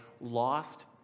lost